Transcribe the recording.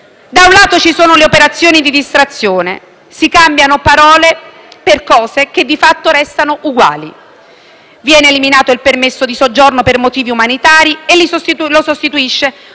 Da un lato ci sono le operazioni di distrazione, si cambiano parole per cose che di fatto restano uguali: viene eliminato il permesso di soggiorno per motivi umanitari e lo si sostituisce con permessi